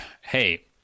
hey